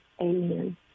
Amen